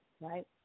right